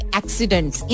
accidents